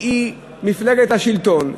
שהיא מפלגת השלטון,